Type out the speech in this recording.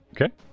Okay